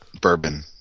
bourbon